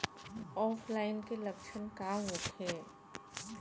ऑफलाइनके लक्षण का होखे?